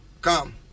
come